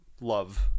love